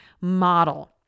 model